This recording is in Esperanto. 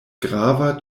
grava